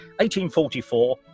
1844